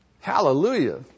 Hallelujah